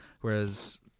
whereas